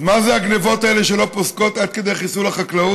אז מה זה הגנבות האלה שלא פוסקות עד כדי חיסול החקלאות?